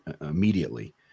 immediately